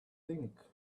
think